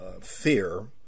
fear